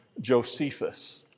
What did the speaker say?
Josephus